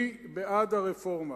אני בעד הרפורמה